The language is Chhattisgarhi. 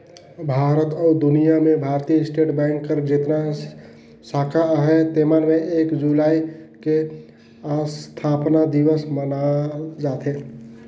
भारत अउ दुनियां में भारतीय स्टेट बेंक कर जेतना साखा अहे तेमन में एक जुलाई के असथापना दिवस मनाल जाथे